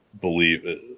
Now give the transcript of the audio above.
believe